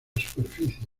superficie